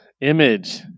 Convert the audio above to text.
image